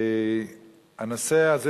הנושא הזה,